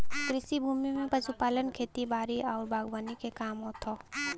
कृषि भूमि में पशुपालन, खेती बारी आउर बागवानी के काम होत हौ